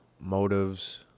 Motives